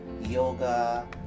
yoga